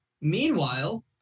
meanwhile